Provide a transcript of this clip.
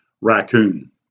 raccoon